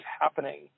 happening